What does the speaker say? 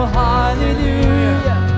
hallelujah